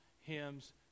hymns